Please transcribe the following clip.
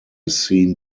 scene